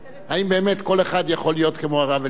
האם באמת כל אחד יכול להיות כמו הרב אלישיב?